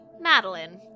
Madeline